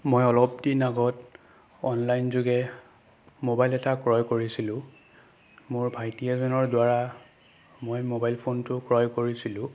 মই অলপ দিন আগত অনলাইন যোগে মোবাইল এটা ক্ৰয় কৰিছিলোঁ মোৰ ভাইটি এজনৰ দ্বাৰা মই মোবাইল ফোনটো ক্ৰয় কৰিছিলোঁ